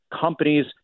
companies